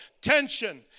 tension